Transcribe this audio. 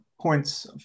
points